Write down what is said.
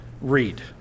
read